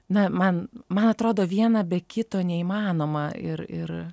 na man man atrodo viena be kito neįmanoma ir ir